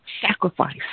sacrifice